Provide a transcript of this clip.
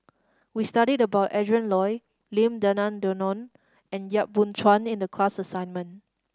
we studied about Adrin Loi Lim Denan Denon and Yap Boon Chuan in the class assignment